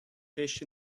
fish